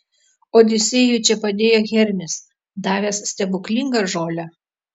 odisėjui čia padėjo hermis davęs stebuklingą žolę